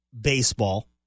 baseball